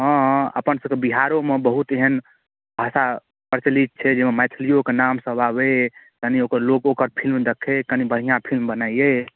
हँ हँ अपनसबके बिहारोमे बहुत एहन भाषा प्रचलित छै जाहिमे मैथिलिओके नामसब आबै कनि ओकरोलोक ओकर फिलिम देखै कनि बढ़िआँ फिलिम बनैइए